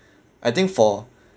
I think for